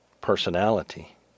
personality